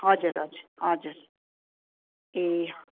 हजुर हजुर हजुर ए